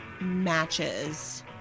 matches